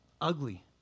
ugly